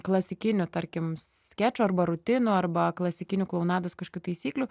klasikinių tarkim skečų arba rutinų arba klasikinių klounados kažkokių taisyklių